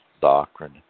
doctrine